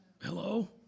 Hello